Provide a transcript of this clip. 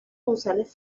gonzález